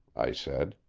i said.